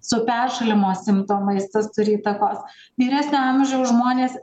su peršalimo simptomais tas turi įtakos vyresnio amžiaus žmonės